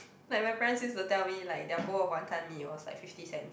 like my parents used to tell me like their bowl of Wanton-Mee was like fifty cent